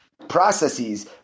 processes